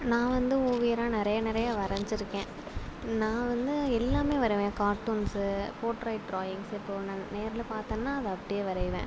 நான் வந்து ஓவியராக நிறைய நிறைய வரஞ்சி இருக்கேன் நான் வந்து எல்லாமே வரைவேன் கார்டூன்ஸு போர்ட்ரைட் டிராயிங்ஸு இப்போ நான் நேரில் பார்த்தன்னா அதை அப்படியே வரைவேன்